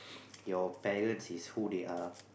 your parents is who they are